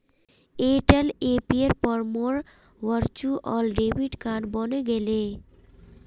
Airtel ऐपेर पर मोर वर्चुअल डेबिट कार्ड बने गेले